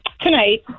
Tonight